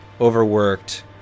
overworked